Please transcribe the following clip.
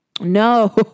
no